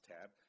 tab